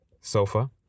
sofa